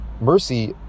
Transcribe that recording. mercy